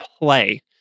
play